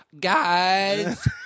Guys